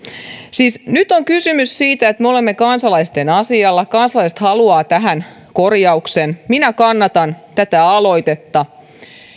siis nyt on kysymys siitä että me olemme kansalaisten asialla kansalaiset haluavat tähän korjauksen minä kannatan tätä aloitetta